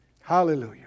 Hallelujah